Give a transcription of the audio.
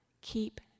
keep